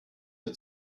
mir